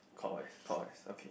clockwise clockwise okay